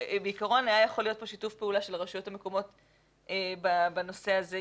בעקרון היה יכול להיות פה שיתוף פעולה של הרשויות המקומיות בנושא הזה,